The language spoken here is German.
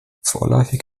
vorläufig